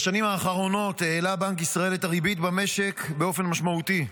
בשנים האחרונות העלה בנק ישראל את הריבית במשק באופן משמעותי.